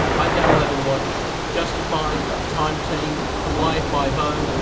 i download and watch justified, time team, hawaii five-o,